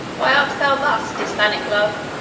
why art thou thus dysthynic, love?